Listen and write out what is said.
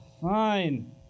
Fine